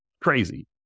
Crazy